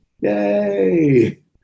Yay